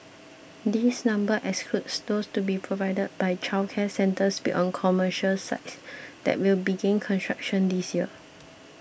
this number excludes those to be provided by childcare centres built on commercial sites that will begin construction this year